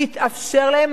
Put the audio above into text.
התאפשר להם,